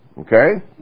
Okay